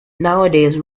nowadays